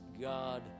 God